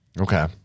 Okay